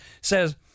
Says